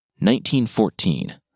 1914